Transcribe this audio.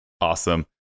Awesome